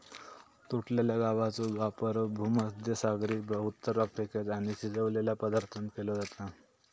तुटलेल्या गवाचो वापर भुमध्यसागरी उत्तर अफ्रिकेत आणि शिजवलेल्या पदार्थांत केलो जाता